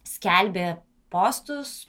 skelbė postus